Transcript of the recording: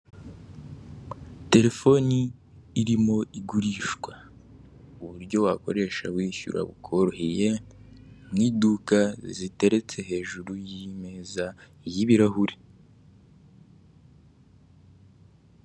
Terefoni irimo igurishwa uburyo wakoresha wishyura bukoroheye, mu iduga ziteretse hejuru y'imeza y'ibirahuri.